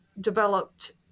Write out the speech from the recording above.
developed